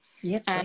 Yes